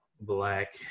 black